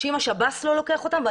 אם השב"ס לא לוקח אותם אז ממיתים אותם,